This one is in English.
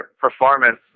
performance